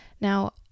Now